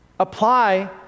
Apply